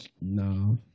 No